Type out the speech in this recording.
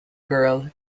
girl